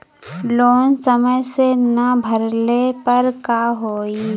Loan समय से ना भरले पर का होयी?